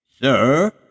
sir